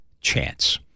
chance